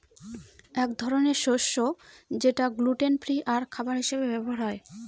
এক ধরনের শস্য যেটা গ্লুটেন ফ্রি আর খাবার হিসাবে ব্যবহার হয়